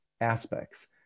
aspects